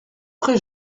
pré